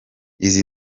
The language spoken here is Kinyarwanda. izi